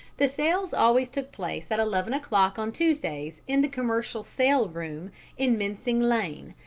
the sales always took place at eleven o'clock on tuesdays in the commercial sale room in mincing lane,